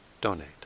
donate